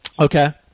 Okay